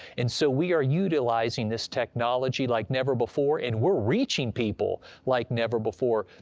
and so, we are utilizing this technology like never before, and we're reaching people like never before.